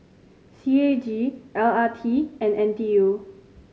C A G L R T and N T U